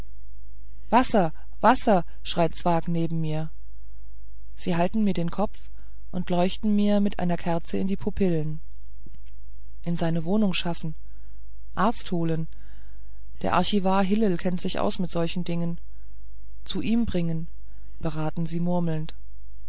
wasser wasser schreit zwakh neben mir sie halten mir den kopf und leuchten mir mit einer kerze in die pupillen in seine wohnung schaffen arzt holen der archivar hillel kennt sich aus in solchen dingen zu ihm bringen beraten sie murmelnd